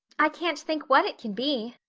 i can't think what it can be,